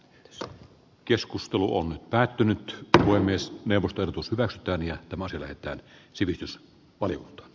sama keskustelu on päätynyt voi myös neuvoston vertani omaisille että sivistys on